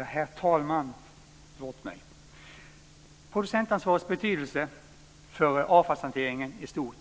Herr talman! Producentansvarets betydelse för avfallshanteringen är stor.